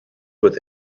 with